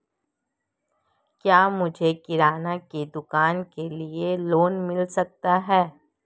क्या मुझे किराना की दुकान के लिए लोंन मिल सकता है?